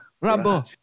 Rambo